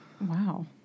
Wow